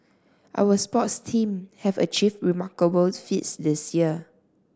our sports team have achieved remarkable feats this year